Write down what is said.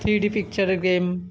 three D পিকচারে game